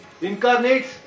Incarnates